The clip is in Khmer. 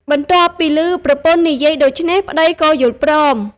បន្ទាប់ពីឮប្រពន្ធនិយាយដូច្នេះ ប្តីក៏យល់ព្រម។